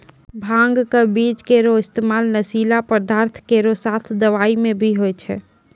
भांग क बीज केरो इस्तेमाल नशीला पदार्थ केरो साथ दवाई म भी होय छै